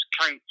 count